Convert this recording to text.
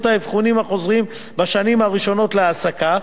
האבחונים החוזרים בשנים הראשונות להעסקה.